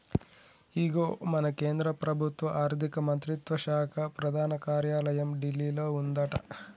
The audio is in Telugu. ఇగో మన కేంద్ర ప్రభుత్వ ఆర్థిక మంత్రిత్వ శాఖ ప్రధాన కార్యాలయం ఢిల్లీలో ఉందట